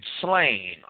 slain